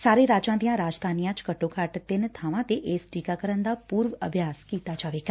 ਸਾਰੇ ਰਾਜਾਂ ਦੀਆਂ ਰਾਜਧਾਨੀਆਂ ਚ ਘੱਟੋ ਘੱਟ ਤਿੰਨ ਥਾਵਾਂ ਤੇ ਇਸ ਟੀਕਾਕਰਨ ਦਾ ਪੁਰਵ ਅਭਿਆਸ ਕੀਤਾ ਜਾਵੇਗਾ